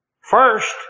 First